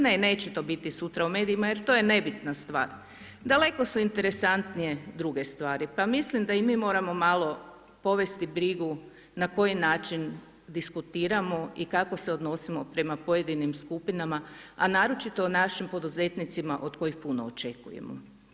Ne neće to biti sutra u medijima jer to je nebitna stvar, daleko su interesantnije druge stvari pa mislim da i mi moramo malo povesti brigu na koji način diskutiramo i kako se odnosimo prema pojedinim skupinama a naročito o našim poduzetnicima od kojih puno očekujemo.